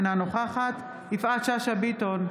אינה נוכחת יפעת שאשא ביטון,